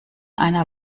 einer